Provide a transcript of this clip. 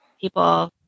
people